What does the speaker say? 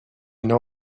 know